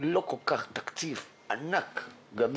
לא כל כך תקציב ענק וגדול.